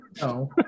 No